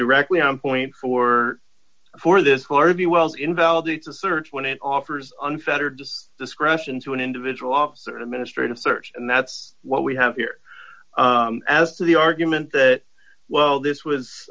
directly on point for for this for the world invalidates the search when it offers unfettered discretion to an individual officer administrate a search and that's what we have here as to the argument that well this was